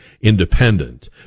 independent